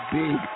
big